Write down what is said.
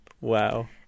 Wow